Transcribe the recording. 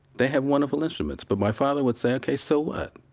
they have wonderful instruments, but my father would say, ok. so what?